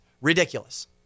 ridiculous